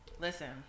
Listen